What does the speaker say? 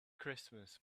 christmas